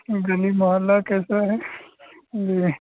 गली मोहल्ला कैसा है जी